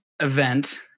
event